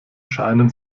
scheinen